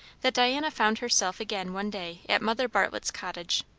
that diana found herself again one day at mother bartlett's cottage.